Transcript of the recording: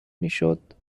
میشد